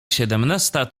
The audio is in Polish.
siedemnasta